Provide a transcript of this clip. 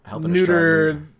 neuter